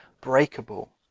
breakable